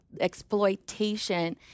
exploitation